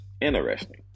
Interesting